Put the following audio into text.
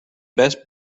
best